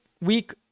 week